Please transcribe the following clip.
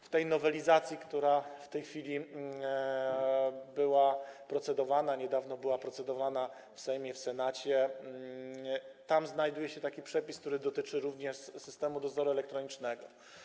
W tej nowelizacji, która w tej chwili była procedowana, niedawno była procedowana w Sejmie, w Senacie, znajduje się taki przepis, który dotyczy również systemu dozoru elektronicznego.